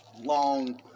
long